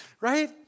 right